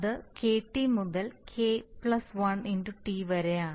അത് kT മുതൽ k 1 T വരെയാണ്